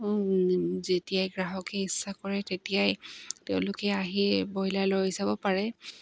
যেতিয়াই গ্ৰাহকে ইচ্ছা কৰে তেতিয়াই তেওঁলোকে আহি ব্ৰইলাৰ লৈ যাব পাৰে